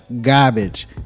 garbage